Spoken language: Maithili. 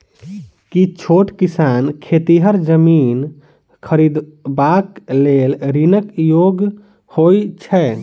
की छोट किसान खेतिहर जमीन खरिदबाक लेल ऋणक योग्य होइ छै?